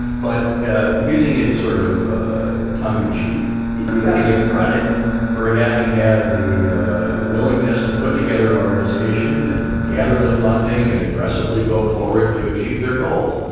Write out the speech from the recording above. but ah using it sort of tongue in cheek, you got to give him credit for ah having had the willingness to put together an organization and gather the funding and aggressively go forward to achieve their goals.